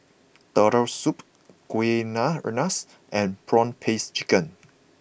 Turtle Soup Kueh Rengas and Prawn Paste Chicken